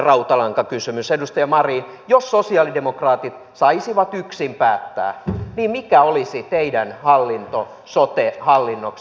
edustaja marin jos sosialidemokraatit saisivat yksin päättää niin mikä olisi teidän hallinto sote hallinnoksi